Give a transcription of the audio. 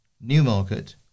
Newmarket